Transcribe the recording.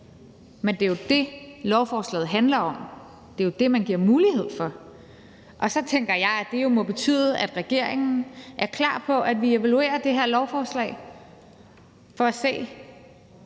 Men det er jo det, lovforslaget handler om; det er det, man giver mulighed for. Så tænker jeg, at det jo må betyde, at regeringen er klar til, at vi evaluerer det her lovforslag for at se,